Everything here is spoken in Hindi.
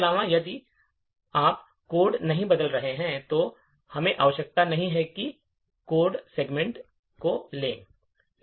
इसके अलावा यदि आप कोड नहीं बदल रहे हैं तो हमें आवश्यकता नहीं है कि कोड सेगमेंट योग्य हो